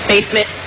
Basement